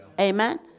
Amen